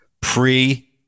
pre